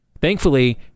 Thankfully